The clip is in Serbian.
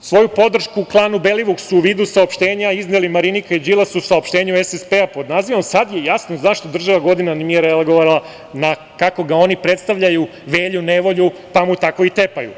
svoju podršku klanu Belivuk su u vidu saopštenja izneli Marinika i Đilas u saopštenju SSP-a pod nazivom - Sada je jasno zašto država godinama nije reagovala na, kako ga oni predstavljaju, Velju nevolju, pa mu tako i tepaju.